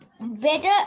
better